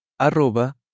arroba